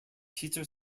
peter